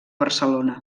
barcelona